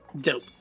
Dope